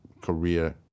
career